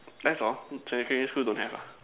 that's all secondary school don't have ah